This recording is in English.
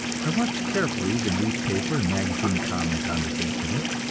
i watched carefully the newspaper and magazine comment on this incident,